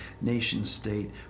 nation-state